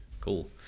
Cool